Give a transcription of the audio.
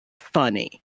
funny